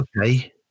okay